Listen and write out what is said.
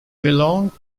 belonged